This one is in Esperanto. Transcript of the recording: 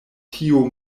tiu